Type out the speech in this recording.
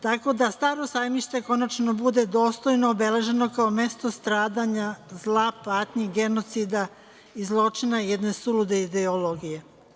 Tako da „Staro sajmište“ konačno bude dostojno obeleženo kao mesto stradanja zla, patnji, genocida i zločina, jedne sulude ideologije.